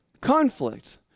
conflict